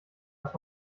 dass